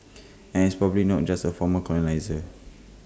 and it's probably not just A former colonisers